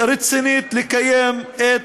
ורצינית לקיים את